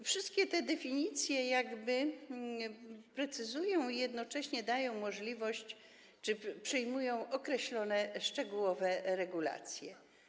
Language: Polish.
Wszystkie te definicje precyzują i jednocześnie dają możliwość czy przyjmują określone szczegółowe regulacje.